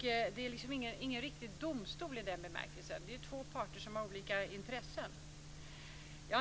Det är ingen riktig domstol i den bemärkelsen. Det är två parter som har olika intressen.